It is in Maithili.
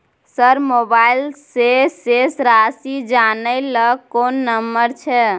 सर मोबाइल से शेस राशि जानय ल कोन नंबर छै?